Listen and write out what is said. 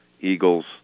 eagles